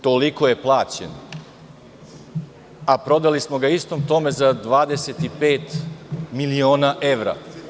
Toliko je plaćen, a prodali smo ga istom tom za 25 miliona evra.